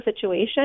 situation